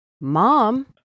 mom